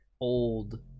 old